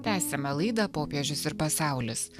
tęsiame laidą popiežius ir pasaulis